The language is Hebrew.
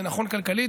זה נכון כלכלית,